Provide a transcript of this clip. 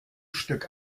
stück